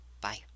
Bye